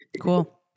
Cool